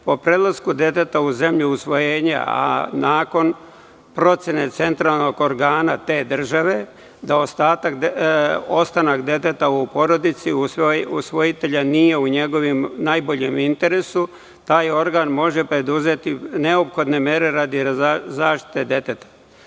Po prelasku deteta u zemlju usvojenja, a nakon procene centralnog organa te države da ostanak deteta u porodici usvojitelja nije u njegovom najboljem interesu, taj organ može preduzeti neophodne mere radi zaštite deteta.